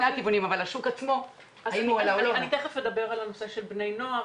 אני אדבר על הנושא של בני נוער,